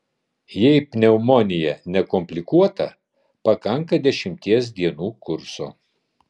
jei pneumonija nekomplikuota pakanka dešimties dienų kurso